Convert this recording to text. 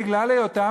בגלל היותם,